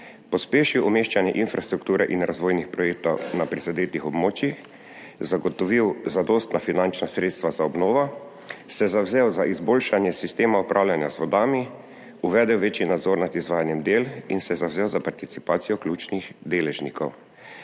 pospešil umeščanje infrastrukture in razvojnih projektov na prizadetih območjih, zagotovil zadostna finančna sredstva za obnovo, se zavzel za izboljšanje sistema upravljanja z vodami, uvedel večji nadzor nad izvajanjem del in se zavzel za participacijo ključnih deležnikov.